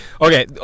okay